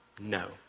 No